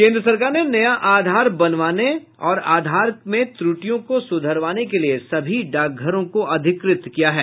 केन्द्र सरकार ने नया आधार बनवाने और आधार में त्रुटियों को सुधरवाने के लिए सभी डाकघरों को अधिकृत किया है